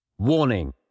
Warning